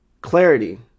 clarity